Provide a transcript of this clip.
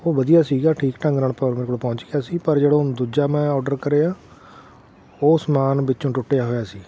ਉਹ ਵਧੀਆ ਸੀਗਾ ਠੀਕ ਢੰਗ ਨਾਲ ਪੋ ਕੋਲ ਪਹੁੰਚ ਗਿਆ ਸੀ ਪਰ ਜਿਹੜਾ ਦੂਜਾ ਮੈਂ ਔਡਰ ਕਰਿਆ ਉਹ ਸਮਾਨ ਵਿੱਚੋਂ ਟੁੱਟਿਆ ਹੋਇਆ ਸੀ